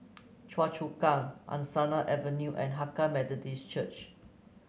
Choa Chu Kang Angsana Avenue and Hakka Methodist Church